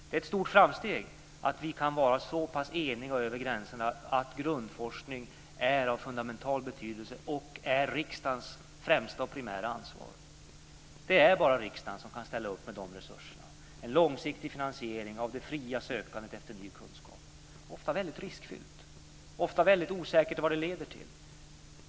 Det är ett stort framsteg att vi kan vara så pass eniga över gränserna om att grundforskning är av fundamental betydelse och att det är riksdagens primära och främsta ansvar. Det är bara riksdagen som kan ställa upp med dessa resurser och med en långsiktig finansiering av det fria sökandet efter ny kunskap. Det är ofta riskfyllt och det är ofta osäkert vad det leder till.